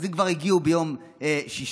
אז הם כבר הגיעו ביום שישי,